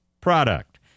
product